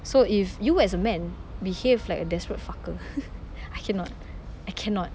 so if you as a man behave like a desperate fucker I cannot I cannot